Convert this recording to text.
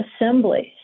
assemblies